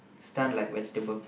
stun like vegetable